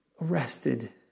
Arrested